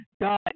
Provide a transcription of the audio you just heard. God